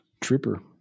Trooper